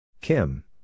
Kim